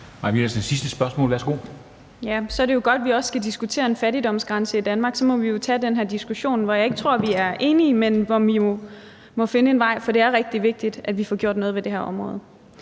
Mai Villadsen (EL): Så er det godt, at vi også skal diskutere en fattigdomsgrænse i Danmark, og så må vi jo tage den her diskussion. Jeg tror ikke, at vi er enige, men vi må jo finde en vej frem, for det er rigtig vigtigt, at vi får gjort noget på det her område.